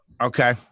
Okay